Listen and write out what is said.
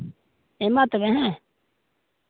ᱦᱮᱸ ᱢᱟ ᱛᱚᱵᱮ ᱦᱮᱸ